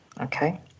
Okay